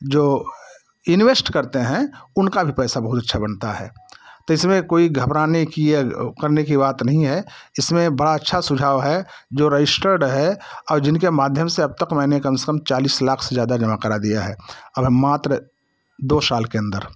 जो इंवेस्ट करते हैं उनका भी पैसा बहुत अच्छा बनता है तो इसमें कोई घबराने की या वो करने की बात नहीं है इसमें बड़ा अच्छा सुझाव है जो रजिस्टर्ड है और जिनके माध्यम से अब तक मैंने कम से कम चालीस लाख से ज़्यादा जमा करा दिया है अब है मात्र दो साल के अन्दर